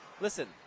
listen